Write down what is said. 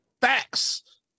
Facts